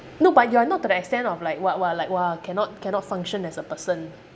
no but you are not to the extent of like what what like !wah! cannot cannot function as a person